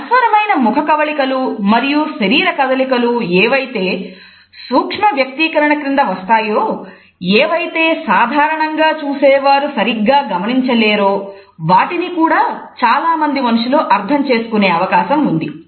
నశ్వరమైన ముఖ కవళికలు మరియు శరీర కదలికలు ఏవైతే సూక్ష్మ వ్యక్తీకరణ క్రింద వస్తాయో ఏవైతే సాధారణంగా చూసేవారు సరిగ్గా గమనించ లేరో వాటిని కూడా చాలామంది మనుషులు అర్థం చేసుకునే అవకాశం ఉంది